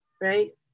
right